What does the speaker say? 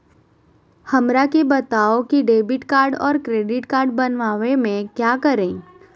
हमरा के बताओ की डेबिट कार्ड और क्रेडिट कार्ड बनवाने में क्या करें?